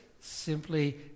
simply